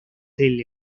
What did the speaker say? del